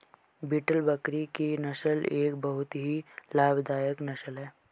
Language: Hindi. बीटल बकरी की नस्ल एक बहुत ही लाभदायक नस्ल है